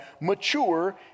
mature